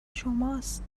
شماست